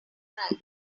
right